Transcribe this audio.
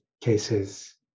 cases